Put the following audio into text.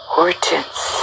Hortense